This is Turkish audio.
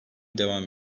devam